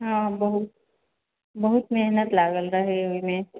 हँ बहुत बहुत मेहनत लागल रहै ओहिमे